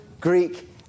Greek